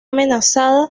amenazada